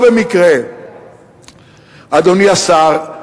אדוני השר,